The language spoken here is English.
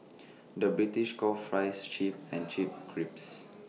the British calls Fries Chips and Chips Crisps